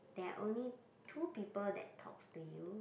there are only two people that talks to you